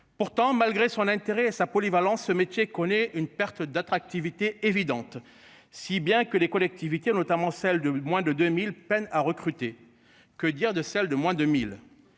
Pourtant malgré son intérêt et sa polyvalence ce métier qu'on connaît une perte d'attractivité évidente, si bien que les collectivités notamment celles de moins de 2000 peinent à recruter. Que dire de celles de moins de 1000.